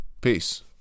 Peace